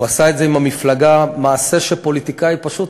הוא עשה את זה עם המפלגה, מעשה שפוליטיקאי פשוט,